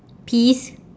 peas